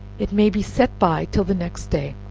it may be set by till the next day